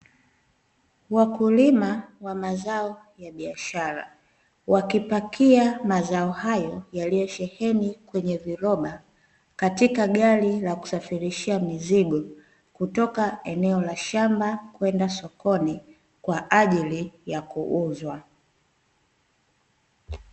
Wakulima wa mazao ya biashara wakipakia mazao hayo yaliyo sheheni kwenye viroba, katika gari la kusafirishia mizigo kutoka eneo la shamba kwenda sokoni kwaajili ya kuuzwa.